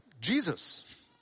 jesus